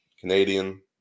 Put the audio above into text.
Canadian